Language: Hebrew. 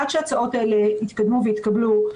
עד שההצעות האלה יתקדמו ויתקבלו,